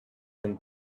him